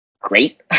great